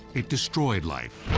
it destroyed life.